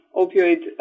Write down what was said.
opioid